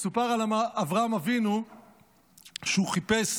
מסופר על אברהם אבינו שהוא חיפש